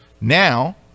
Now